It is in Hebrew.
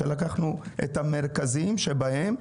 ולקחנו את המרכזיים שבהם,